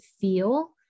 feel